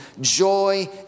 joy